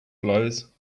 blows